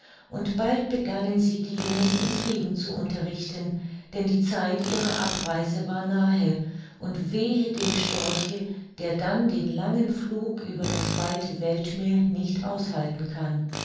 und bald begannen sie die jungen im fliegen zu unterrichten denn die zeit ihrer abreise war nahe und wehe dem storche der dann den langen flug über das weite weltmeer nicht aushalten kann